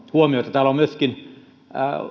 huomiota täällä on myöskin